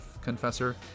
Confessor